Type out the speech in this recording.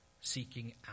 seeking